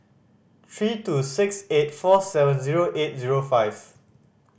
three two six eight four seven zero eight zero five